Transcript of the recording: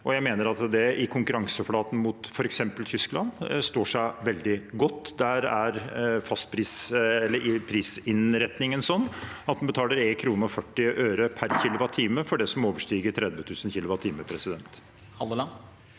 Jeg mener at det i konkurranseflaten mot f.eks. Tyskland står seg veldig godt. Der er prisinnretningen sånn at en betaler 1,40 kr per kWh for det som overstiger 30 000 kWh. Terje Halleland